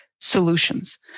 solutions